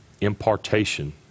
impartation